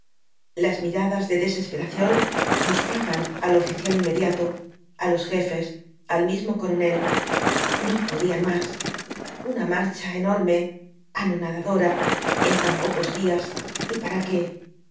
las miradas de desesperación buscaban al oficial inmediato á los jefes al mismo coronel no podían más una marcha enorme anonadadora en tan pocos días y para qué